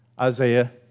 Isaiah